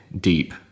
deep